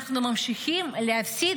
אנחנו ממשיכים להפסיד